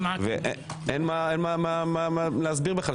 אין מה להסביר בכלל.